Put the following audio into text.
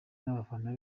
n’abafana